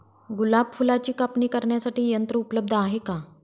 गुलाब फुलाची कापणी करण्यासाठी यंत्र उपलब्ध आहे का?